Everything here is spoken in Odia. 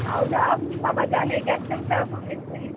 ଆଉ ଯାହା ହେଉ ବାବା ଯାହା ନେଇକି ଆସିଚନ୍ତି ସେରା ସବୁ ନେଇଯିବି